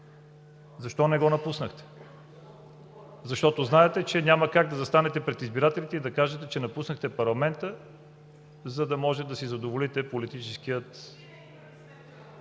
Защо не го напуснахте? Защото знаете, че няма как да застанете пред избирателите и да кажете, че напуснахте парламента, за да можете да си задоволите политическия…